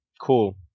cool